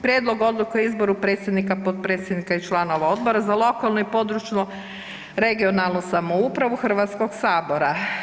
Prijedlog odluke o izboru predsjednika, potpredsjednika i članova Odbora za lokalnu i područnu (regionalnu) samoupravu HS-a.